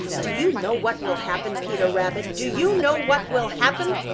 do you know what will happen, peter rabbit? do you know what will happen?